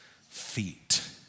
feet